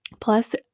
Plus